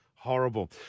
Horrible